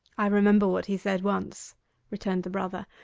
i remember what he said once returned the brother,